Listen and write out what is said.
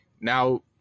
now